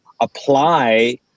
apply